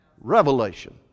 Revelation